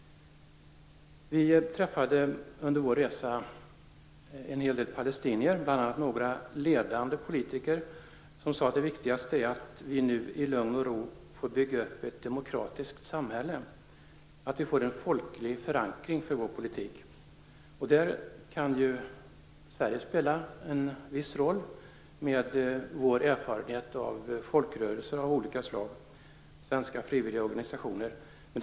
Under vår resa träffade vi en hel del palestinier, bl.a. några ledande politiker. De sade att det viktigaste var att de nu, i lugn och ro, fick bygga upp ett demokratiskt samhälle och att deras politik fick en folklig förankring. Där kan Sverige spela en viss roll, med vår erfarenhet av folkrörelser och frivilligorganisationer av olika slag.